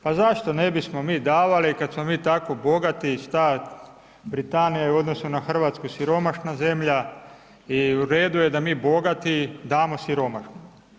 Pa zašto ne bismo mi davali, kada smo mi tako bogati i … Britanija je u odnosu na Hrvatsku siromašna zemlja i u redu je da mi bogati damo siromašnima.